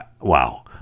wow